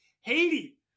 Haiti